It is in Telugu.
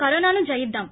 కరోనాను జయిద్రాం